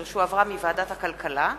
2010, שהחזירה ועדת הכלכלה,